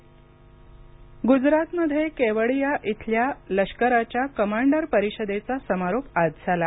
पंतप्रधान गुजरातमध्ये केवडिया इथल्या लष्कराच्या कमांडर परिषदेचा समारोप आज झाला